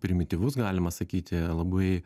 primityvus galima sakyti labai